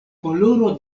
koloro